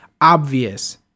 obvious